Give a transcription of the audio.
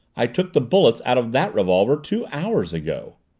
i took the bullets out of that revolver two hours ago.